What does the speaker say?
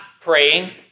praying